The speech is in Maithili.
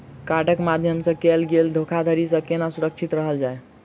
कार्डक माध्यम सँ कैल गेल धोखाधड़ी सँ केना सुरक्षित रहल जाए?